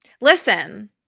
Listen